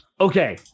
okay